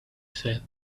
said